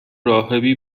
راهبی